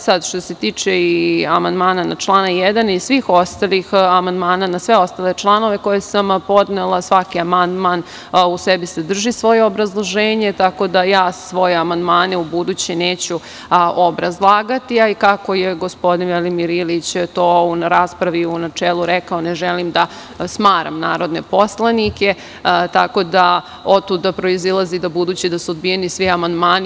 Sada, što se tiče i amandmana na član 1. i svih ostalih amandmana na sve ostale članove koje sam podnela, svaki amandman u sebi sadrži svoje obrazloženje, tako da ja svoje amandmane ubuduće neću obrazlagati, a i kako je gospodin Velimir Ilić to u raspravu u načelu rekao - ne želim da smaram narodne poslanike, tako da, otuda proizilazi da ubuduće da su odbijeni svi amandman.